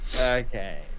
okay